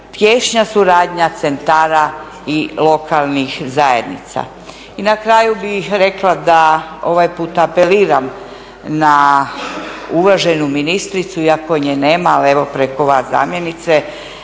tješnja suradnja centara i lokalnih zajednica. I na kraju bih rekla da ovaj puta apeliram na uvaženu ministricu, iako nje nema ali evo preko vas zamjenice